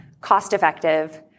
cost-effective